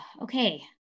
okay